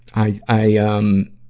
i, i, ah, um